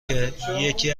که، یکی